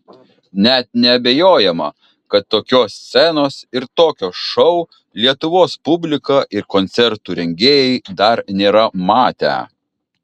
net neabejojama kad tokios scenos ir tokio šou lietuvos publika ir koncertų rengėjai dar nėra matę